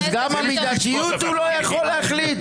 אז גם על מידתיות הוא לא יכול להחליט?